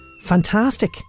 Fantastic